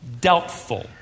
doubtful